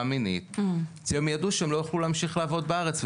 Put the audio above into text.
מינים והן יידעו שהן לא יוכלו יותר לעבוד בארץ.